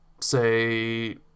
say